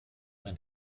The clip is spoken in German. ein